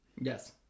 Yes